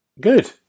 Good